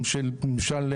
למשל,